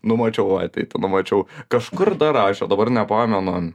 nu mačiau vai tai tada mačiau kažkur dar aišia dabar nepamenu